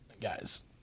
Guys